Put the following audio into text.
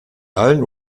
allen